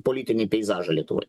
politinį peizažą lietuvoj